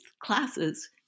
classes